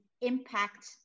impact